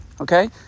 Okay